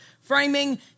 framing